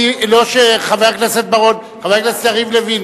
חבר הכנסת יריב לוין,